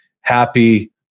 happy